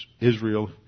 Israel